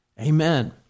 Amen